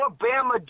Alabama